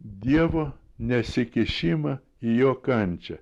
dievo nesikišimą į jo kančią